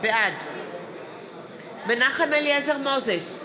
בעד מנחם אליעזר מוזס,